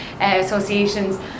associations